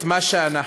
את מה שאנחנו.